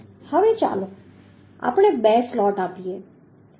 હવે ચાલો આપણે બે સ્લોટ આપીએ